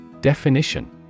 Definition